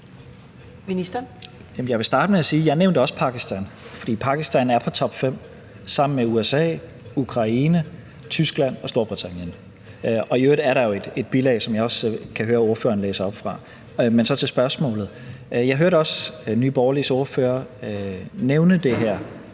også nævnte Pakistan, for Pakistan er på top fem sammen med USA, Ukraine, Tyskland og Storbritannien. Og i øvrigt er der jo et bilag, som jeg også kan høre ordføreren læser op fra. Men så til spørgsmålet: Jeg hørte også Nye Borgerliges ordfører spørge til det her